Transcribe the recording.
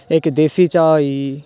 इक देसी चाह् होई गेई